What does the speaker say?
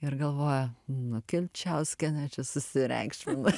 ir galvoja nu kilčiauskienė čia susireikšmina